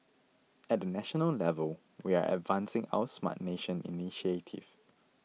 at the national level we are advancing our Smart Nation initiative